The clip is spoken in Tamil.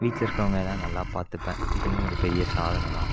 வீட்டில் இருக்கறவங்கள்லாம் நல்லாப் பார்த்துப்பேன் இதுவும் ஒரு பெரிய சாதனை தான்